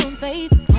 baby